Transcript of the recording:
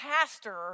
pastor